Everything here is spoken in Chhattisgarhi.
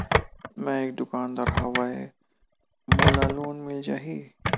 मै एक दुकानदार हवय मोला लोन मिल जाही?